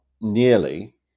nearly